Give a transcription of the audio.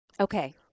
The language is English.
Okay